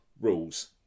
rules